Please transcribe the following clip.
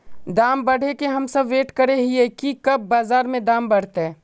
दाम बढ़े के हम सब वैट करे हिये की कब बाजार में दाम बढ़ते?